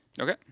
Okay